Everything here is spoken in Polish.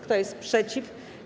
Kto jest przeciw?